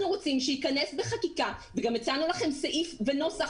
אנחנו רוצים שייכנס בחקיקה וגם הצענו לכם סעיף ונוסח